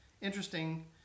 Interesting